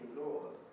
laws